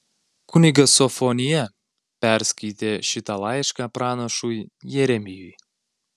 kunigas sofonija perskaitė šitą laišką pranašui jeremijui